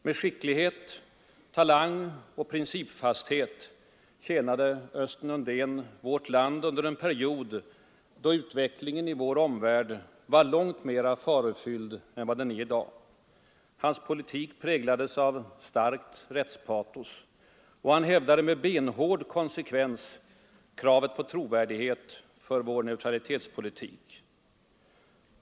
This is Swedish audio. Med skicklighet, talang och principfasthet tjänade Östen Undén vårt land under en period, då utvecklingen i vår omvärld var långt mera farofylld än vad den är i dag. Hans politik präglades av starkt rättspatos. Han hävdade med benhård konsekvens kravet på trovärdighet för vår neutralitetspolitik.